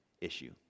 issue